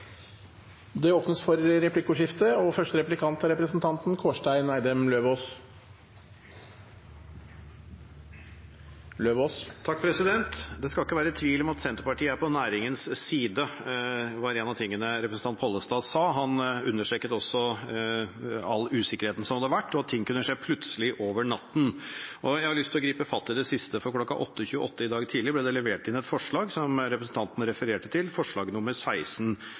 til. Det blir replikkordskifte. Det skal ikke være tvil om at Senterpartiet er på næringens side, var en av tingene representanten Pollestad sa. Han understreket også all usikkerheten som hadde vært, og at ting kunne skje plutselig over natten. Jeg har lyst til å gripe fatt i det siste, for kl. 8.28 i dag tidlig ble det levert inn et forslag, som representanten refererte til, forslag nr. 16.